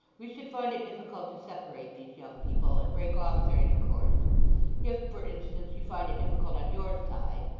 we should find it difficult to separate these young people, and break off their intercourse if, for instance, you find it difficult on your side,